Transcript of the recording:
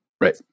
Right